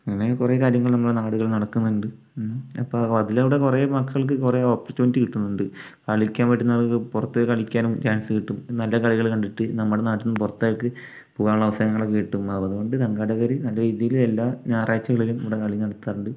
അങ്ങനെ കുറെ കാര്യങ്ങൾ നമ്മുടെ നാടുകളിൽ നടക്കുന്നുണ്ട് അപ്പോൾ അതിലവിടെ കുറെ മക്കൾക്ക് കുറെ ഓപ്പർച്യൂണിറ്റി കിട്ടുന്നുണ്ട് കളിക്കാൻ പറ്റുന്നവർക്ക് പുറത്തുപോയി കളിക്കാനും ചാൻസ് കിട്ടും നല്ല കളികൾ കണ്ടിട്ട് നമ്മുടെ നാട്ടിൽനിന്നും പുറത്തുള്ളവർക്ക് പോകാനുള്ള അവസരങ്ങളൊക്കെ കിട്ടും ആ അതുകൊണ്ട് സംഘാടകർ നല്ല രീതിയിൽ എല്ലാ ഞായറാഴ്ചകളിലും ഇവിടെ കളി നടത്താറുണ്ട്